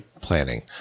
planning